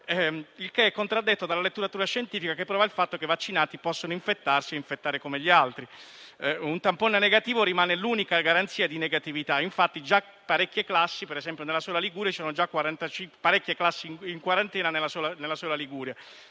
è però contraddetto dalla letteratura scientifica, che prova il fatto che i vaccinati possono infettarsi o infettare come gli altri. Un tampone negativo rimane l'unica garanzia di negatività e infatti già ci sono parecchie classi in quarantena nella sola Liguria.